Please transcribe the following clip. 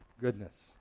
Goodness